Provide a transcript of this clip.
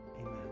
amen